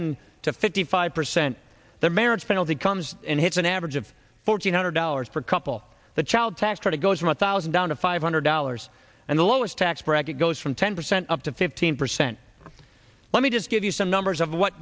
in to fifty five percent the marriage penalty comes in hits an average of four hundred dollars per couple the child tax credit goes from one thousand down to five hundred dollars and the lowest tax bracket goes from ten percent up to fifteen percent let me just give you some numbers of what